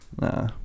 Nah